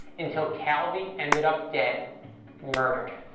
until calvi ended up dead murdered.